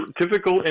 Typical